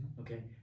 okay